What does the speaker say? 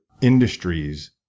industries